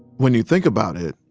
when you think about it,